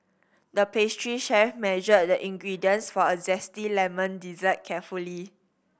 the pastry chef measured the ingredients for a zesty lemon dessert carefully